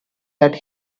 that